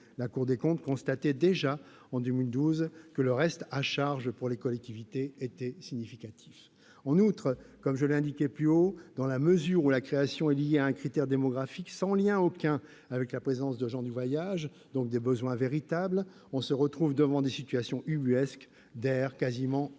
La Cour des comptes constatait déjà, en 2012, que « le reste à charge pour les collectivités était significatif ». En outre, comme je l'indiquais plus haut, dans la mesure où la création est liée à un critère démographique sans lien aucun avec la présence de gens du voyage, donc avec les besoins véritables, on se retrouve devant des situations ubuesques d'aires quasiment inoccupées.